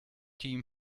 team